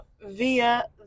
via